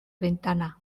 ventana